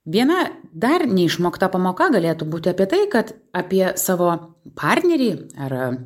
viena dar neišmokta pamoka galėtų būti apie tai kad apie savo partnerį ar